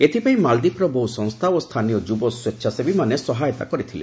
ଏଥିପାଇଁ ମାଳଦୀପର ବହୁ ସଂସ୍ଥା ଓ ସ୍ଥାନୀୟ ଯୁବ ସ୍ୱେଚ୍ଛାସେବୀମାନେ ସହାୟତା କରିଥିଲେ